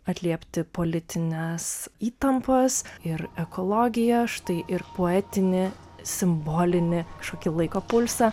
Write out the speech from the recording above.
atliepti politines įtampas ir ekologiją štai ir poetinį simbolinį kažkokį laiko pulsą